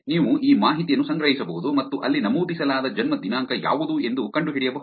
ನೀವು ಈ ಮಾಹಿತಿಯನ್ನು ಸಂಗ್ರಹಿಸಬಹುದು ಮತ್ತು ಅಲ್ಲಿ ನಮೂದಿಸಲಾದ ಜನ್ಮ ದಿನಾಂಕ ಯಾವುದು ಎಂದು ಕಂಡುಹಿಡಿಯಬಹುದು